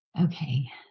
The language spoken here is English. Okay